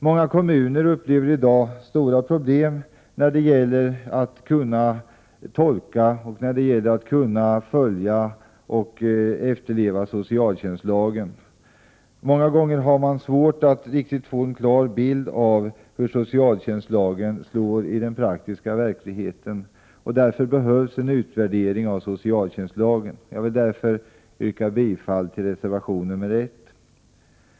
Många kommuner har i dag stora problem när det gäller att tolka, följa och efterleva socialtjänstlagen. Många gånger har kommunerna svårt att få en klar bild av hur socialtjänstlagen slår i den praktiska verkligheten. Därför behöver en utvärdering av socialtjänstlagen göras. Jag vill för den skull yrka bifall till reservation 1 i detta betänkande.